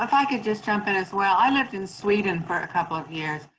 i could just jump in as well, i lived in sweden for a couple of years,